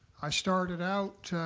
i started out